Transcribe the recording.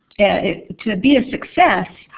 to be a success,